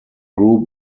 group